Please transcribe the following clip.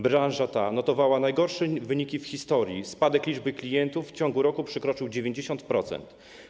Branża ta notowała najgorsze wyniki w historii, spadek liczby klientów w ciągu roku przekroczył 90%.